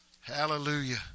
Hallelujah